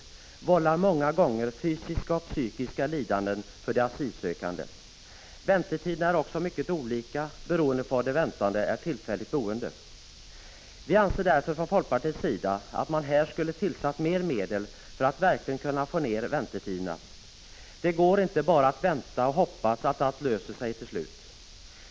Detta vållar många gånger fysiska och psykiska lidanden för de asylsökande. Väntetiderna är också mycket olika beroende på var de väntande är tillfälligt boende. Vi anser därför från folkpartiets sida att man här skulle ha tillsatt mer medel för att verkligen kunna förkorta väntetiderna. Det går inte att bara vänta och hoppas att allt skall lösa sig till slut.